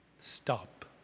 Stop